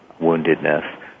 woundedness